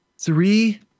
Three